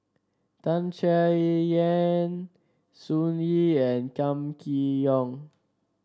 Tan Chay Yan Sun Yee and Kam Kee Yong